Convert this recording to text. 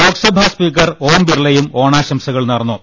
Lok Sabha speaker ഓം ബിർളയും ഓണാശംസ നേർന്നു